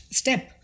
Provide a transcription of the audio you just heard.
step